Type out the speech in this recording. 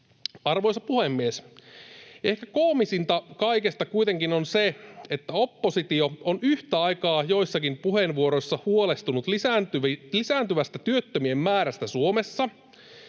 Arvoisa puhemies! Ehkä koomisinta kaikessa kuitenkin on se, että oppositio on yhtä aikaa joissakin puheenvuoroissa huolestunut sekä lisääntyvästä työttömien määrästä Suomessa